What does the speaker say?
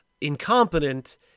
incompetent